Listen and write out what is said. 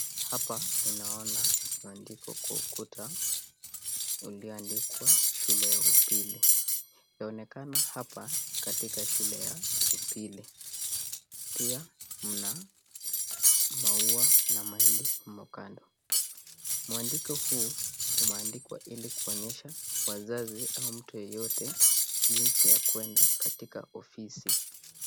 Hapa ninaona maandiko kwa ukuta ulioandikwa shule ya upili, inaonekana hapa katika shule ya pili pia mna maua na mahindi hapo kando, mwandiko huu umeandikwa ili kuonyesha wazazi au mtu yeyote jinsi ya kuenda katika ofisi.